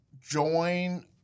join